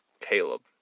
Caleb